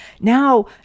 now